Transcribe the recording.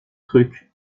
trucs